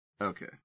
Okay